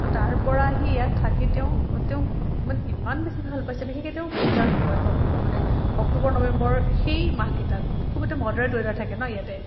তো তাৰপৰা আহি ইয়াত থাকি তেওঁ তেওঁ মানে ইমান বেছি ভাল পাইছে বিশেষকৈ তেওঁ পূজাৰ সময়ত মানে অক্টোবৰ নৱেম্বৰ সেই মাহকেইটাত খুব এটা মদৰেট ৱেডাৰ থাকে ন ইয়াতে